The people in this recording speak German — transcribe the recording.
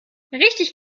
richtig